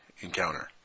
encounter